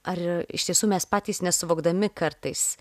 ar iš tiesų mes patys nesuvokdami kartais